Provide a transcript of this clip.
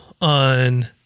on